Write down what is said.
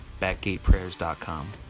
BackgatePrayers.com